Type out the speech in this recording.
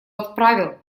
отправил